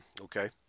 Okay